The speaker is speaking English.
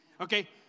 okay